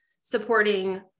supporting